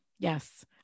Yes